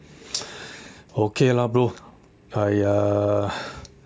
okay lah bro I err